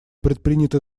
предприняты